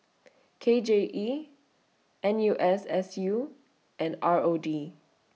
K J E N U S S U and R O D